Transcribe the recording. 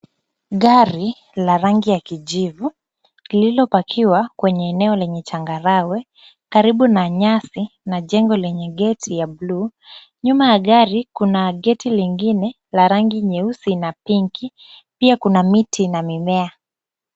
Gari la rangi ya kijivu, lililopakiwa kwenye eneo lenye changarawe, karibu na nyasi na jengo lenye gate ya bulu. Nyuma ya gari kuna gate lingine la rangi nyeusi na pinki. Pia kuna miti na mimea.